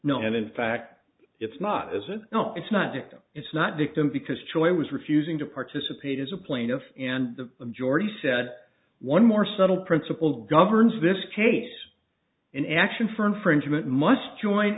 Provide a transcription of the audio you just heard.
no and in fact it's not as if no it's not victim it's not victim because choi was refusing to participate as a plaintiff and the majority said one more subtle principle governs this case an action for infringement must join